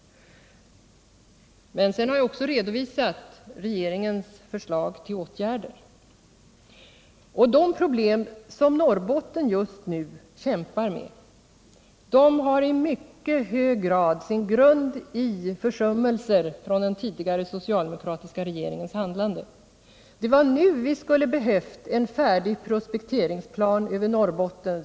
Men sedan har jag också redovisat regeringens förslag till åtgärder. De problem som Norrbotten just nu kämpar med har i mycket hög grad sin grund i försummelser av den tidigare socialdemokratiska regeringen. Det är nu vi skulle ha behövt en färdig prospekteringsplan för Norrbotten.